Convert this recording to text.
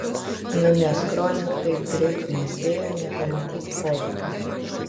nu neskrolink taip greit nespėju nė pamatyt fotkių